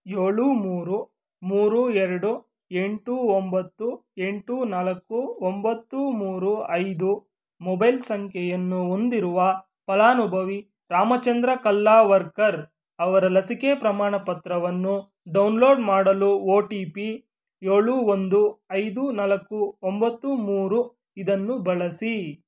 ಏಳು ಮೂರು ಮೂರು ಎರಡು ಎಂಟು ಒಂಬತ್ತು ಎಂಟು ನಾಲ್ಕು ಒಂಬತ್ತು ಮೂರು ಐದು ಮೊಬೈಲ್ ಸಂಖ್ಯೆಯನ್ನು ಹೊಂದಿರುವ ಫಲಾನುಭವಿ ರಾಮಚಂದ್ರ ಕಲ್ಲಾವರ್ಕರ್ ಅವರ ಲಸಿಕೆ ಪ್ರಮಾಣಪತ್ರವನ್ನು ಡೌನ್ಲೋಡ್ ಮಾಡಲು ಒ ಟಿ ಪಿ ಏಳು ಒಂದು ಐದು ನಾಲ್ಕು ಒಂಬತ್ತು ಮೂರು ಇದನ್ನು ಬಳಸಿ